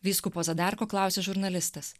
vyskupo zadarko klausia žurnalistas